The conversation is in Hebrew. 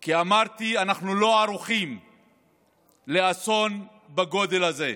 אמרתי, אנחנו לא ערוכים לאסון בגודל הזה.